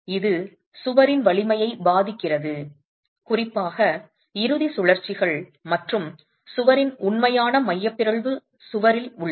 இது சுவரின் வலிமையை பாதிக்கிறது குறிப்பாக இறுதி சுழற்சிகள் மற்றும் சுவரின் உண்மையான மைய பிறழ்வு சுவரில் உள்ளது